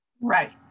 Right